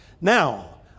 Now